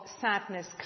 sadness